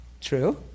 True